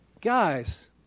guys